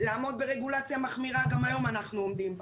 לעמוד ברגולציה מחמירה גם היום אנחנו עומדים בה.